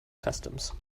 customs